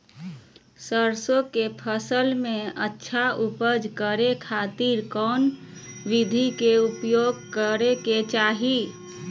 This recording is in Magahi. सरसों के फसल में अच्छा उपज करे खातिर कौन विधि के प्रयोग करे के चाही?